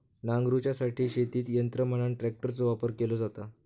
नांगरूच्यासाठी शेतीत यंत्र म्हणान ट्रॅक्टरचो वापर केलो जाता